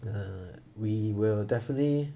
err we will definitely